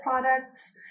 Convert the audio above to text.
products